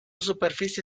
superficie